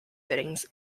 fittings